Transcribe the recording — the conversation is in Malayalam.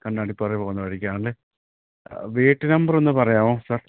കണ്ണാടിപ്പാറയില് പോകുന്ന വഴിക്കാണല്ലേ വീട്ടുനമ്പറൊന്നു പറയാമോ സാർ